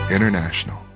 International